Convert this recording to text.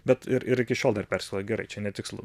bet ir ir iki šiol dar persikloja gerai čia netikslu